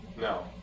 No